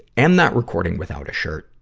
am not recording without a shirt,